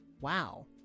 wow